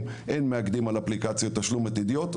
אין מאגדים על אפליקציות תשלום עתידיות,